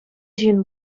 ҫын